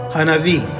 Hanavi